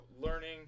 learning